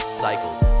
cycles